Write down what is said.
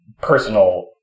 personal